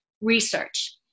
research